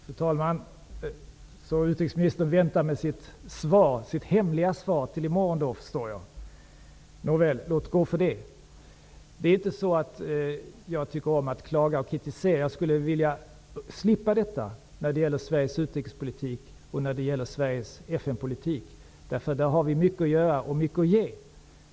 Fru talman! Utrikesministern väntar med sitt hemliga svar tills i morgon då, förstår jag. Nåväl, låt gå för det. Jag tycker inte om att klaga och kritisera. Jag skulle vilja slippa detta när det gäller Sveriges utrikes och FN-politik, därför att vi har mycket att göra och ge på de områdena.